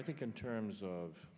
i think in terms of